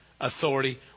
authority